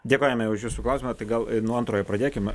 dėkojame už jūsų klausimą tai gal nuo antrojo pradėkime